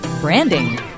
branding